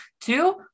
two